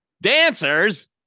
dancers